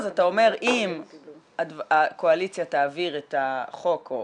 אז אתה אומר שאם הקואליציה תעביר את החוק או